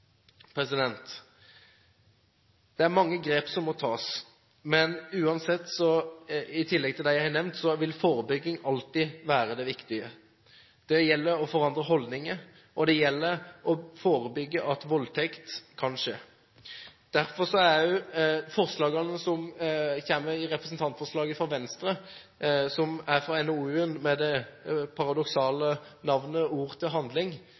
Det er mange grep som må tas, men uansett – i tillegg til det jeg har nevnt – vil forebygging alltid være det viktige. Det gjelder å forandre holdninger, og det gjelder å forebygge at voldtekt kan skje. Derfor er jeg enig med Venstre i at det er viktig å følge opp tiltakene i NOU-en med det paradoksale navnet «Fra ord til handling».